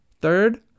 Third